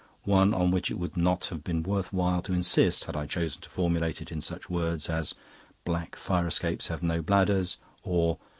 one on which it would not have been worth while to insist, had i chosen to formulate it in such words as black fire-escapes have no bladders or,